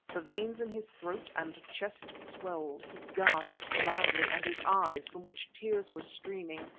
the veins in his throat and chest swelled, he gasped loudly, and his eyes, from which tears were streaming,